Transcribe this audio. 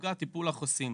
נפגע טיפול החוסים.